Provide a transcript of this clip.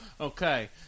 Okay